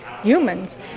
humans